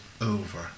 over